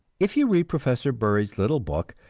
if you read professor bury's little book,